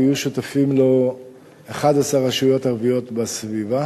ויהיו שותפות לו 11 רשויות ערביות בסביבה.